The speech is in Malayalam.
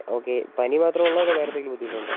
ഓക്കേ പനി മാത്രമേ ഉള്ളോ അതോ വേറെ എന്തെങ്കിലും ബുദ്ധിമുട്ട് ഉണ്ടോ